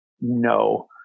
No